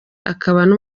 akanaba